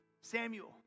Samuel